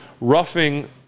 roughing –